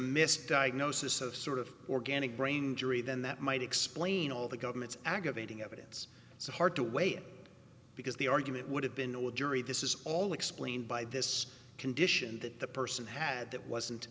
missed diagnosis of sort of organic brain injury then that might explain all the government's aggravating evidence so hard to wait because the argument would have been no a jury this is all explained by this condition that the person had that wasn't